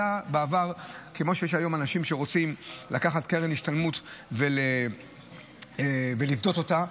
כמו שיש היום אנשים שרוצים לקחת קרן השתלמות ולפדות אותה,